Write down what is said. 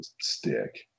stick